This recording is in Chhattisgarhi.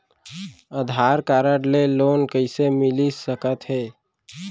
आधार कारड ले लोन कइसे मिलिस सकत हे?